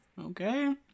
Okay